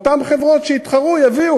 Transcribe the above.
אותן חברות שיתחרו יביאו